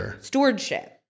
stewardship